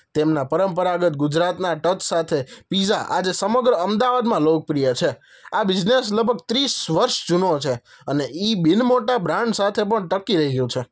તેમના પરંપરાગત ગુજરાતના ટચ સાથે પીઝા આજે સમગ્ર અમદાવાદમાં લોકપ્રિય છે આ બીજનેસ લગભગ ત્રીસ વર્ષ જૂનો છે અને એ બીન મોટા બ્રાન્ડ સાથે પણ ટકી રહ્યું છે